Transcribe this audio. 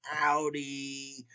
Audi